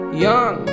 young